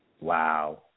Wow